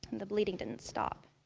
the bleeding didn't stop.